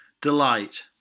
delight